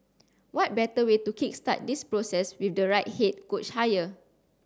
what better way to kick start this process with the right head coach hire